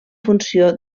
funció